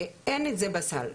ואין את זה בסל.